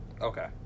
Okay